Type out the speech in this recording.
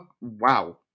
wow